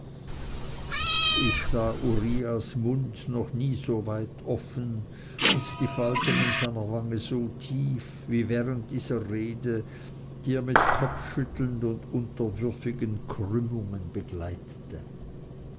ich sah uriahs mund noch nie so weit offen und die falten in seiner wange so tief wie während dieser rede die er mit kopfschütteln und unterwürfigen krümmungen begleitete